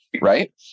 right